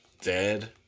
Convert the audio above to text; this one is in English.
dead